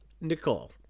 Nicole